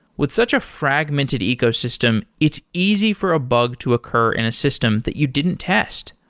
with such a fragmented ecosystem, it's easy for a bug to occur in a system that you didn't test.